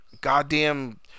goddamn